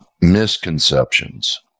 Misconceptions